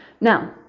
Now